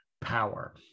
power